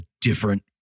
different